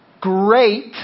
great